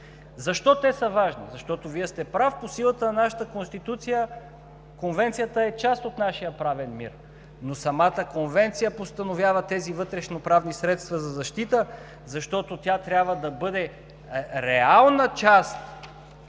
Защо те са важни? Защото, Вие сте прав, по силата на нашата Конституция Конвенцията е част от нашия правен мир. Но самата Конвенция постановява тези вътрешноправни средства за защита, защото тя трябва да бъде реална част